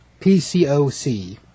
PCOC